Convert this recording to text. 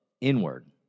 inward